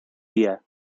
día